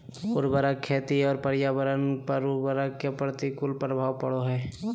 उर्वरक खेती और पर्यावरण पर उर्वरक के प्रतिकूल प्रभाव पड़ो हइ